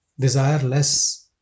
Desireless